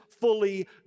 fully